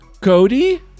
Cody